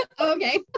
okay